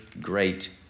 great